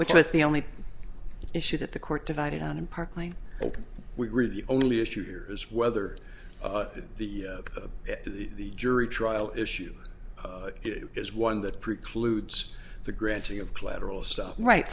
which was the only issue that the court divided on and partly we were the only issue here is whether the up to the jury trial issue is one that precludes the granting of collateral stuff right